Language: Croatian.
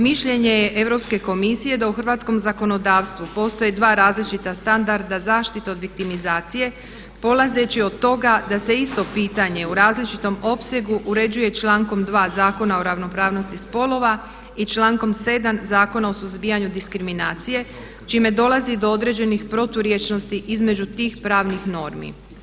Mišljenje je Europske komisije da u Hrvatskom zakonodavstvu postoje dva različita standarda zaštite objektimizacije polazeći od toga da se isto pitanje u različitom opsegu uređuje člankom 2. Zakona o ravnopravnosti spolova i člankom 7. Zakona o suzbijanju diskriminacije čime dolazi do određenih proturječnosti između tih pravnih normi.